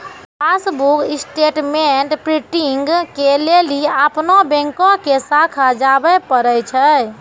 passbook statement printing के लेली अपनो बैंको के शाखा जाबे परै छै